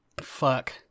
Fuck